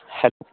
Hatf